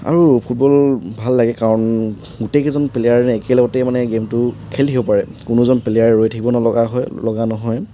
আৰু ফুটবল ভাল লাগে কাৰণ গোটেইকেইজন প্লেয়াৰে মানে একেলগতে গেমটো খেলি থাকিব পাৰে কোনোজন প্লেয়াৰ ৰৈ থাকিব নলগা হয় লগা নহয়